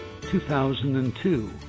2002